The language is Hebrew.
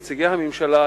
נציגי הממשלה,